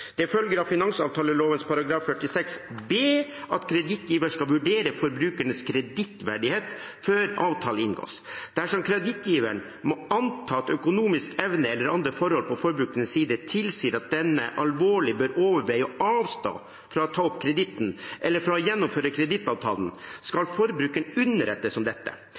Det følger av finansavtaleloven § 46 b at kredittgiver skal vurdere forbrukerens kredittverdighet før avtale inngås. Dersom kredittgiveren må anta at økonomisk evne eller andre forhold på forbrukerens side tilsier at denne alvorlig bør overveie å avstå fra å ta opp kreditten, eller fra å gjennomføre kredittavtalen, skal forbrukeren underrettes om dette.